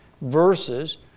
verses